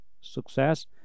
success